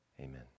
Amen